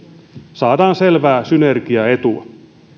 saadaan selvää synergiaetua